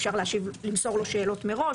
אפשר למסור לו שאלות מראש,